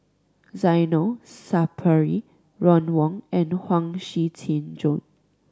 Zainal Sapari Ron Wong and Huang Shiqi Joan